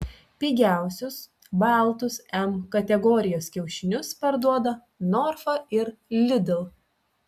pigiausius baltus m kategorijos kiaušinius parduoda norfa ir lidl